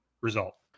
result